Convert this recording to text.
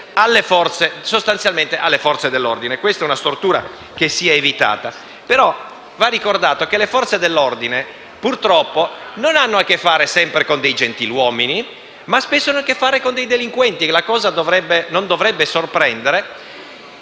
alle Forze dell'ordine. Questa è una stortura che si è evitata, ma va ricordato che le Forze dell'ordine purtroppo non hanno a che fare sempre con dei gentiluomini, poiché spesso devono trattare con delinquenti - e la cosa non dovrebbe sorprendere